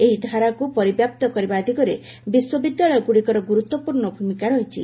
ଏହି ଧାରାକୁ ପରିବ୍ୟାପ୍ତ କରିବା ଦିଗରେ ବିଶ୍ୱବିଦ୍ୟାଳୟ ଗୁଡିକର ଗୁରୁତ୍ୱପୂର୍ଣ୍ଣ ଭୂମିକା ରହିଛି